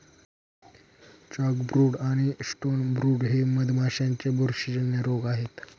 chalkbrood आणि stonebrood हे मधमाशांचे बुरशीजन्य रोग आहेत